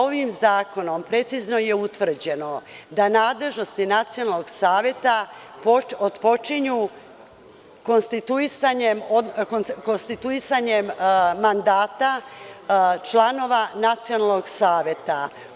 Ovim zakonom precizno je utvrđeno da nadležnosti nacionalnog saveta otpočinju konstituisanjem mandata članova nacionalnog saveta.